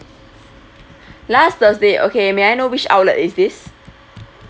last thursday okay may I know which outlet is this